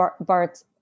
Bart